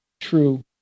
true